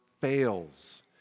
fails